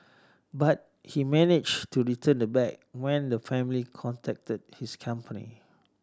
but he managed to return the bag when the family contacted his company